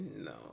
no